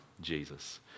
Jesus